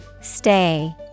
Stay